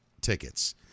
tickets